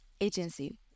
agency